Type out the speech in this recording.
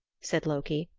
said loki.